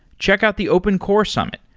check out the open core summit,